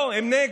לא, הם נגד.